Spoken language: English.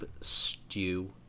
stew